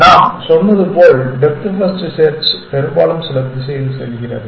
நாம் சொன்னது போல் டெப்த் ஃபர்ஸ்ட் செர்ச் பெரும்பாலும் சில திசையில் செல்கிறது